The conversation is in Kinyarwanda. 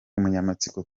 umunyamatsiko